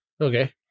Okay